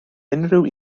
unrhyw